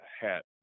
hat